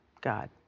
God